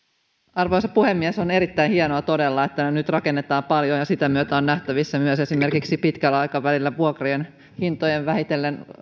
arvoisa puhemies on erittäin hienoa todella että nyt rakennetaan paljon ja sen myötä on nähtävissä pitkällä aikavälillä myös esimerkiksi vuokrien hintojen laskeminen vähitellen